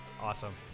Awesome